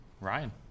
Ryan